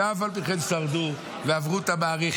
ועל אף פי כן שרדו ועברו את המערכת.